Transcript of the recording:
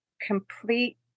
complete